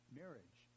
marriage